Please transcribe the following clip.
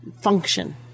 function